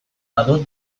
badut